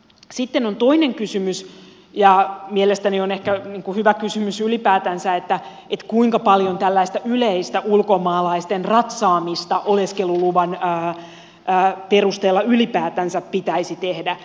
sitten on toinen kysymys ja mielestäni ehkä hyvä kysymys ylipäätänsä kuinka paljon tällaista yleistä ulkomaalaisten ratsaamista oleskeluluvan perusteella ylipäätänsä pitäisi tehdä